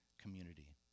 community